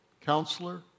Counselor